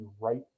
right